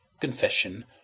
confession